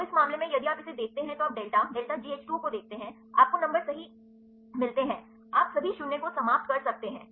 तो इस मामले में यदि आप इसे देखते हैं तो आप डेल्टा डेल्टा GH 2 O देखते हैं आपको नंबर सही मिलते हैं आप सभी शून्य को समाप्त कर सकते हैं